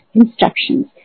instructions